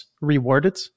rewarded